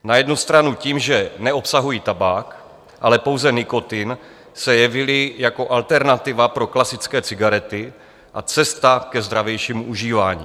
Na jednu stranu tím, že neobsahují tabák, ale pouze nikotin, se jevily jako alternativa pro klasické cigarety a cesta ke zdravějšímu užívání.